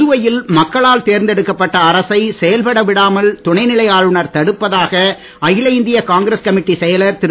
புதுவையில் மக்களால் தேர்ந்தெடுக்கப்பட்ட அரசை செயல்பட விடாமல் துணைநிலை ஆளுனர் தடுப்பதாக அகில இந்திய காங்கிரஸ் கமிட்டி செயலர் திரு